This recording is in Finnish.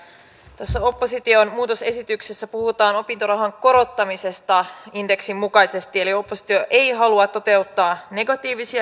tässä opposition muutosesityksessä puhutaan opintorahan korottamisesta indeksin mukaisesti eli oppositio ei halua toteuttaa negatiivisia indeksitarkistuksia